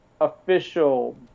official